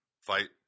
Fight